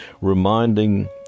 reminding